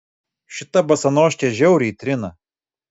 šita basanoškė žiauriai trina